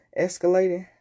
escalating